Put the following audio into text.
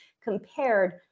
compared